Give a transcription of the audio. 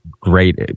great